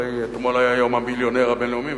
הרי אתמול היה יום המיליונר הבין-לאומי,